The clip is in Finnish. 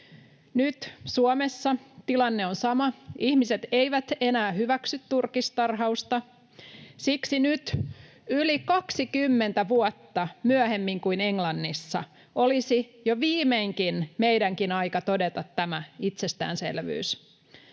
Nyt Suomessa tilanne on sama, ihmiset eivät enää hyväksy turkistarhausta. Siksi nyt, yli 20 vuotta myöhemmin kuin Englannissa, olisi jo viimeinkin meidänkin aika todeta tämä itsestäänselvyys.